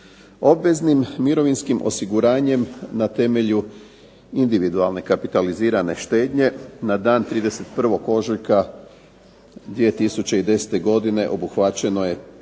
Obveznim mirovinskim osiguranjem na temelju individualne kapitalizirane štednje na dan 31. ožujka 2010. godine obuhvaćeno je